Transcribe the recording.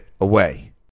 away